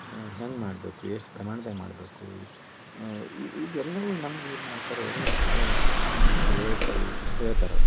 ಹೆಂಗೆ ಮಾಡಬೇಕು ಎಷ್ಟು ಪ್ರಮಾಣ್ದಾಗ ಮಾಡ್ಬೇಕು ಇವು ಇವು ಇವೆಲ್ಲವು ನಮ್ಗ ಏನು ಮಾಡ್ತರ ಅವರು ಭಾಳ ನಮಗೆ ತಿಳುವಳಿಕೆ ಹೇಳ್ತರೆ ಅವ್ರು